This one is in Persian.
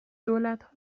دولتها